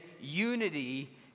unity